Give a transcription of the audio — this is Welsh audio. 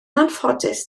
anffodus